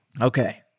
Okay